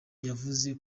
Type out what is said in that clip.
yavuze